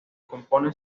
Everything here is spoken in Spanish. componen